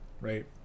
right